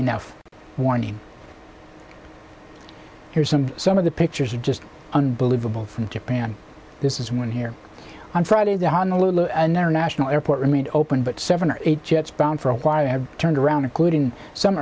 enough warning here's some some of the pictures are just unbelievable from japan this is when here on friday the honolulu international airport remained open but seven or eight jets bound for acquiring have turned around including some